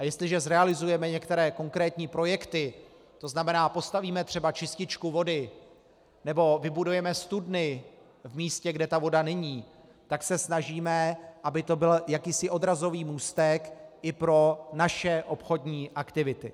Jestliže zrealizujeme některé konkrétní projekty, to znamená, postavíme třeba čističku vody nebo vybudujeme studny v místě, kde voda není, tak se snažíme, aby to byl jakýsi odrazový můstek i pro naše obchodní aktivity.